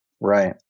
Right